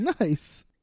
Nice